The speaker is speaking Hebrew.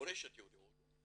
מורשת יהודי הודו,